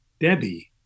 Debbie